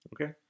Okay